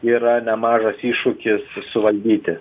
yra nemažas iššūkis suvaldyti